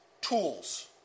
tools